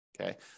Okay